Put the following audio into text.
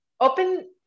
open